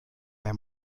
mehr